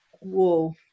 Whoa